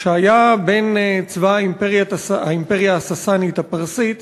בין צבא האימפריה הסאסאנית הפרסית